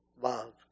love